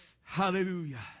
Hallelujah